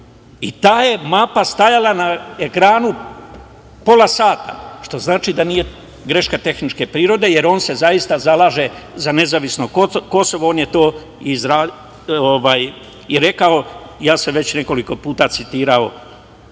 i ta je mapa stajala na ekranu pola sata, što znači da nije greška tehničke prirode, jer on se zaista zalaže za nezavisno Kosovo. On je to i rekao. Ja sam već nekoliko puta citirao